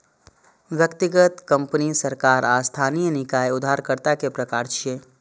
व्यक्तिगत, कंपनी, सरकार आ स्थानीय निकाय उधारकर्ता के प्रकार छियै